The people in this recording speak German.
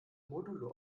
modulo